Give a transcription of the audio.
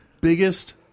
biggest